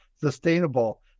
sustainable